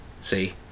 See